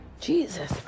Jesus